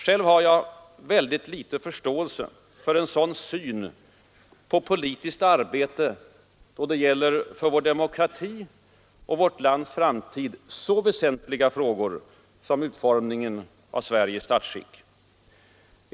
Själv har jag föga förståelse för en sådan syn på politiskt arbete då det gäller för vår demokrati och vårt lands framtid så väsentliga frågor som utformningen av Sveriges statsskick.